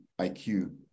IQ